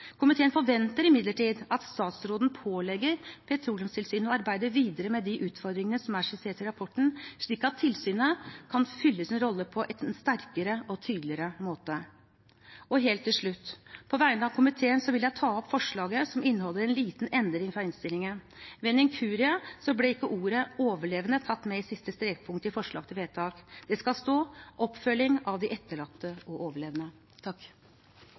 Komiteen forventer imidlertid at statsråden pålegger Petroleumstilsynet å arbeide videre med de utfordringene som er skissert i rapporten, slik at tilsynet kan fylle sin rolle på en sterkere og tydeligere måte. Og helt til slutt: På vegne av komiteen vil jeg ta opp forslaget, som inneholder en liten endring fra innstillingen. Ved en inkurie ble ikke ordet «overlevende» tatt med i siste strekpunkt i forslag til vedtak. Det skal stå: «oppfølging av de etterlatte og overlevende».